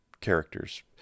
characters